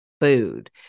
food